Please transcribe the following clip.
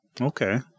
Okay